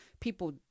people